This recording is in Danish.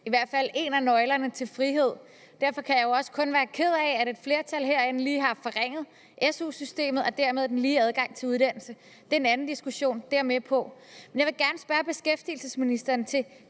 i hvert fald er en af nøglerne til frihed, og derfor kan jeg jo også kun være ked af, at et flertal herinde lige har forringet SU-systemet og dermed den lige adgang til uddannelse. Det er en anden diskussion, det er jeg med på. Men jeg vil gerne spørge beskæftigelsesministeren til